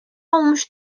olmuş